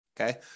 Okay